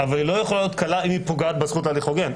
אבל היא לא יכולה להיות קלה אם היא פוגעת בזכות להליך הוגן.